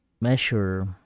measure